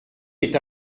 est